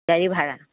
গাড়ী ভাড়া